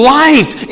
life